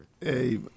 Hey